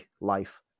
life